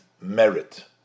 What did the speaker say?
merit